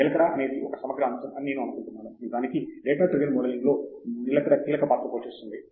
తంగిరాల నిలకడ అనేది ఒక సమగ్ర అంశం అని నేను అనుకుంటున్నాను నిజానికి డేటా డ్రివెన్ మోడలింగ్లో నిలకడ కీలక పాత్ర పోషిస్తుంది